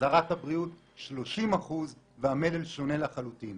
אזהרת הבריאות 30% והמלל שונה לחלוטין.